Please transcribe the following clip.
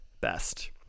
best